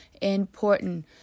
important